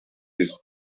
his